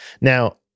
Now